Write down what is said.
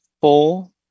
four